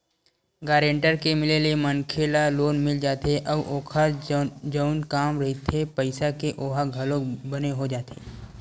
guarantor के मिले ले मनखे ल लोन मिल जाथे अउ ओखर जउन काम रहिथे पइसा के ओहा घलोक बने हो जाथे